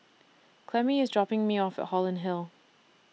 Clemmie IS dropping Me off At Holland Hill